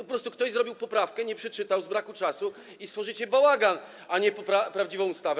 Po prostu ktoś zrobił poprawkę, nie przeczytał tego z braku czasu i stworzycie bałagan, a nie prawdziwą ustawę.